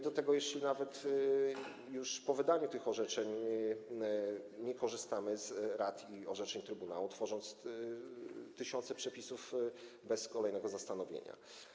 Do tego nawet już po wydaniu tych orzeczeń nie korzystamy z rad ani orzeczeń trybunału, tworząc tysiące przepisów bez kolejnego zastanowienia.